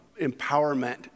empowerment